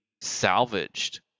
salvaged